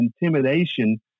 intimidation